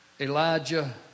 Elijah